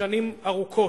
שנים ארוכות.